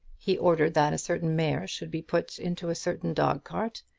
he ordered that a certain mare should be put into a certain dog-cart,